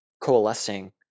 coalescing